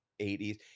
80s